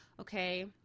Okay